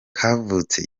kavutse